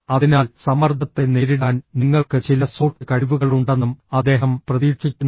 അതിനാൽ സമ്മർദ്ദത്തെ നേരിടാൻ നിങ്ങൾക്ക് ചില സോഫ്റ്റ് കഴിവുകൾ ഉണ്ടെന്നും അദ്ദേഹം പ്രതീക്ഷിക്കുന്നു